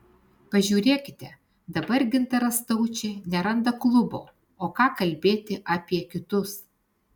pažiūrėkite dabar gintaras staučė neranda klubo o ką kalbėti apie kitus